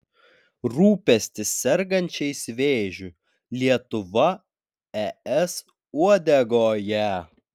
rūpestis sergančiais vėžiu lietuva es uodegoje